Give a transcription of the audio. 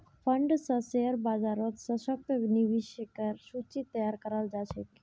fund स share बाजारत सशक्त निवेशकेर सूची तैयार कराल जा छेक